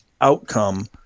outcome